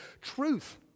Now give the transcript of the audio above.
truth